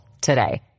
today